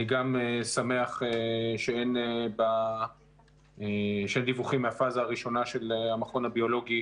אני גם שמח שאין דיווחים מהפאזה הראשונה של המכון הביולוגי